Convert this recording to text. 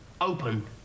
open